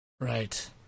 Right